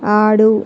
ఆడు